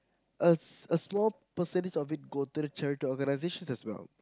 a a small percentage of it go to a charitable organization as well